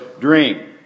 dream